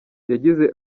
yagize